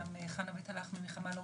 חבר הכנסת קרעי, בבקשה.